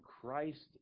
Christ